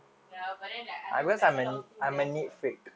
ya but then like I have like a lot of things there also [what]